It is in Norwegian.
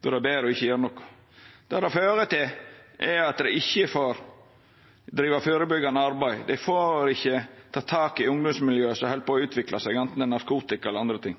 Då er det betre å ikkje gjera noko. Det det fører til, er at dei ikkje får driva førebyggjande arbeid, dei får ikkje teke tak i ungdomsmiljø som held på å utvikla seg, anten det er narkotika eller andre ting.